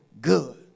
good